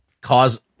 cause